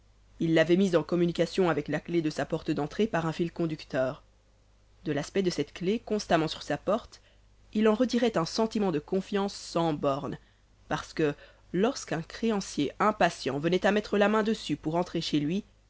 il l'avait mise en communication avec la clef de sa porte d'entrée par un fil conducteur de l'aspect de cette clef constamment sur sa porte il en retirait un sentiment de confiance sans bornes parce que lorsqu'un créancier impatient venait à mettre la main dessus pour entrer chez lui